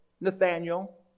Nathaniel